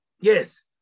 Yes